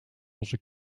onze